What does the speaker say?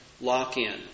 lock-in